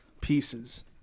pieces